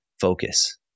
focus